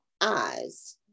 eyes